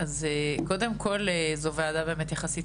קודם כול, זאת קטנה יחסית.